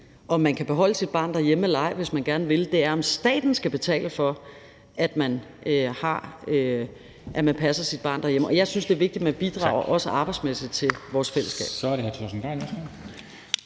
om man kan beholde sit barn derhjemme, hvis man gerne vil, men om staten skal betale for, at man passer sit barn derhjemme. Og jeg synes, det er vigtigt, at man også bidrager arbejdsmæssigt til vores fællesskab.